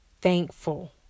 thankful